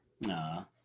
No